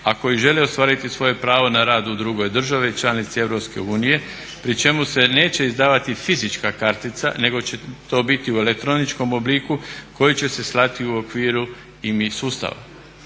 koji žele ostvariti svoje pravo na rad u drugoj državi članici EU pri čemu se neće izdavati fizička kartica nego će to biti u elektroničkom obliku koji će se slati u okviru IMI sustava.